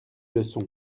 leçons